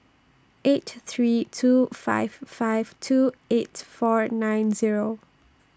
eight three two five five two eight four nine Zero